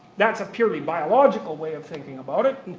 that's a purely biological way of thinking about it.